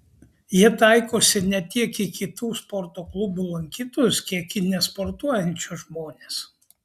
jie taikosi ne tiek į kitų sporto klubų lankytojus kiek į nesportuojančius žmones